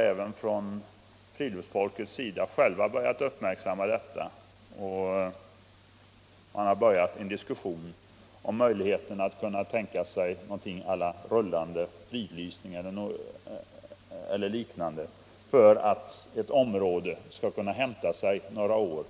Även friluftsfolket har börjat uppmärksamma detta och startat en diskussion om en rullande fridlysning eller något liknande, så att ett område får hämta sig några år